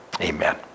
Amen